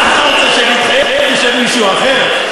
מה, אתה רוצה שאני אתחייב בשם מישהו אחר?